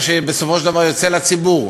מה שבסופו של דבר יוצא לציבור.